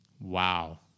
Wow